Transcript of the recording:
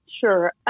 Sure